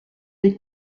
des